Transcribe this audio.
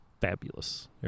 Fabulous